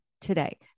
today